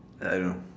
I don't know